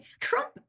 Trump